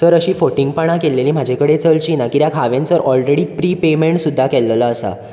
sir अशीं फोटींगपणां केल्लीं म्हाजे कडेन चलचींना कित्याक हांवेन सर ऑलरेडी प्री पेयमेंट सुद्दां केल्लेलो आसा